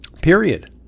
period